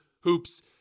hoops